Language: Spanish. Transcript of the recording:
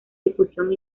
difusión